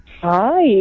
Hi